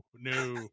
no